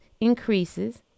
increases